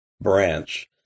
branch